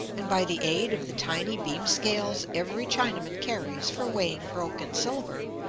and by the aid of the tiny beam-scales every chinaman carries for weighing broken silver,